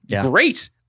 Great